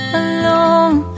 alone